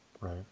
right